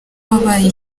wabaye